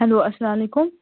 hello اسلامُ علیکم